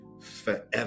forever